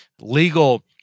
legal